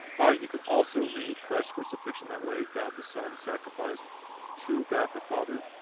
ah you could also read christ's crucifixion that way god the son sacrificed to god the father.